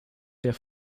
der